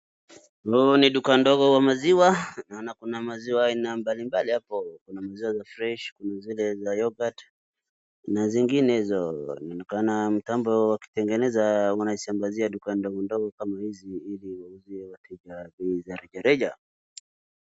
Huu ni duka ndogo wa maziwa naona kuna maziwa aina mbali mbali hapo kunamaziwa za fresh kuna zile za yorgurt na zingine hizo, inaonekana mtambo wa kutengeneza wanaishamazia duka ndogo ndogo kama ili wauzie wateja kwa bei za rejareja.